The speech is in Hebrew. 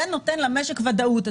זה נותן למשק ודאות?